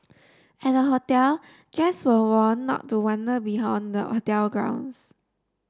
at the hotel guests were warn not to wander beyond the hotel grounds